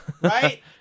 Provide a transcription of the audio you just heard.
Right